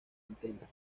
antena